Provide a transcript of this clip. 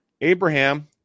Abraham